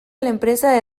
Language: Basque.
enpresa